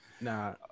nah